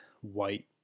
white